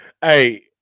Hey